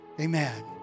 Amen